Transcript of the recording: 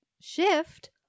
shift